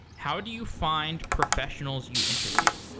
how do you find professionals you interview?